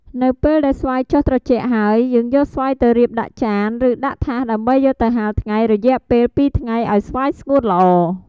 នៅពេលដែលស្វាយចុះត្រជាក់ហើយ យើងយកស្វាយទៅរៀបដាក់ចាន ឬដាក់ថាសដើម្បីយកទៅហាលថ្ងៃ រយៈពេល២ថ្ងៃឱ្យស្វាយស្ងួតល្អ។